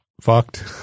fucked